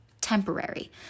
temporary